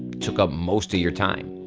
took up most of your time.